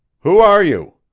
who are you?